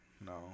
No